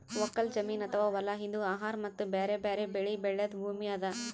ಒಕ್ಕಲ್ ಜಮೀನ್ ಅಥವಾ ಹೊಲಾ ಇದು ಆಹಾರ್ ಮತ್ತ್ ಬ್ಯಾರೆ ಬ್ಯಾರೆ ಬೆಳಿ ಬೆಳ್ಯಾದ್ ಭೂಮಿ ಅದಾ